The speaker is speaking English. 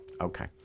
Okay